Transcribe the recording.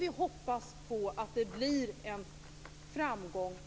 Vi hoppas att det blir en framgång nu.